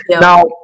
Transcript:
Now